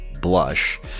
blush